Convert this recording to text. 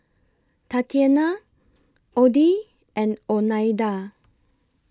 Tatianna Oddie and Oneida